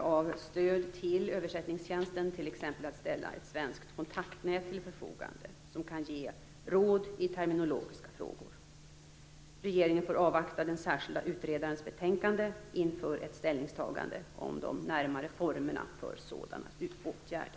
av stöd till översättningstjänsten, t.ex. att ställa ett svenskt kontaktnät till förfogande som kan ge råd i terminologiska frågor. Regeringen får avvakta den särskilde utredarens betänkande inför ett ställningstagande om de närmare formerna för sådana åtgärder.